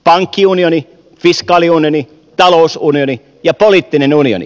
pankkiunioni fiskaaliunioni talousunioni ja poliittinen unioni